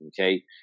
okay